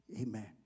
Amen